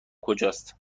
کجاست